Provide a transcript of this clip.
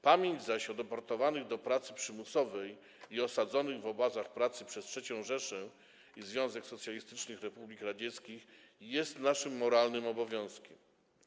Pamięć zaś o deportowanych do pracy przymusowej i osadzonych w obozach pracy przez III Rzeszę i Związek Socjalistycznych Republik Radzieckich jest naszym moralnym obowiązkiem.